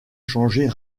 changer